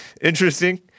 Interesting